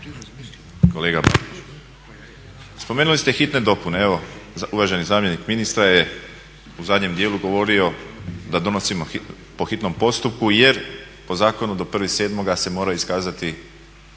Kolega, spomenuli ste hitne dopune. Evo uvaženi zamjenik ministra je u zadnjem dijelu govorio da donosimo po hitnom postupku jer po zakonu do 1.7. se mora iskazati